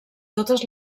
totes